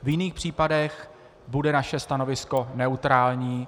V jiných případech bude naše stanovisko neutrální.